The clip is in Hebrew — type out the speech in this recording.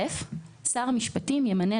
(א)שר המשפטים ימנה,